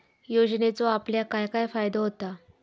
योजनेचो आपल्याक काय काय फायदो होता?